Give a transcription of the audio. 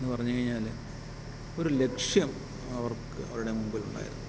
എന്നു പറഞ്ഞു കഴിഞ്ഞാൽ ഒരു ലക്ഷ്യം അവർക്ക് അവരുടെ മുമ്പിലുണ്ടായിരുന്നു